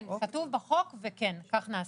כתוב בחוק וכך נעשה.